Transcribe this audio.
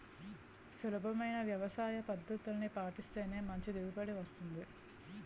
సులభమైన వ్యవసాయపద్దతుల్ని పాటిస్తేనే మంచి దిగుబడి వస్తుంది